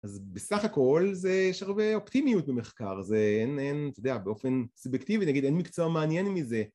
אז בסך הכל זה, יש הרבה אופטימיות במחקר, זה אין, אין, אתה יודע, באופן סובקטיבי, נגיד, אין מקצוע מעניין מזה